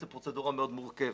זאת פרוצדורה מאוד מורכבת.